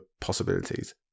possibilities